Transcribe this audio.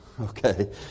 Okay